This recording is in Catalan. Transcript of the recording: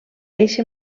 eixe